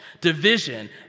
division